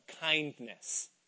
kindness